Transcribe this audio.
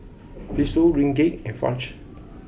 Peso Ringgit and Franc